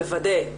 לוודא,